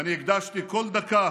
ואני הקדשתי כל דקה